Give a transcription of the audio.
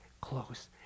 close